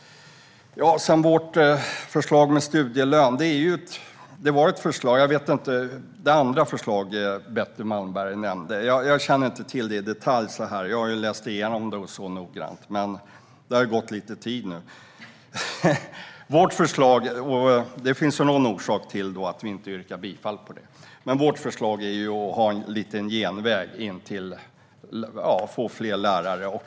När det gäller vårt förslag om studielön - det andra förslaget som Betty Malmberg nämnde - känner jag inte till det i detalj. Jag har läst igenom det noggrant, men det har gått lite tid sedan dess. Det finns väl en orsak till att vi inte yrkar bifall till det. Men vårt förslag är att ha en genväg för att få fler lärare.